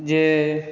जे